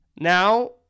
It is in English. Now